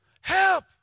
Help